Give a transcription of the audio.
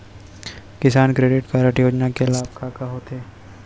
किसान credit card योजना के लाभ का का होथे?